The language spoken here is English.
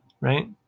right